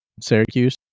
Syracuse